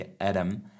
Adam